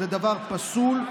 זה דבר פסול.